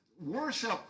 worship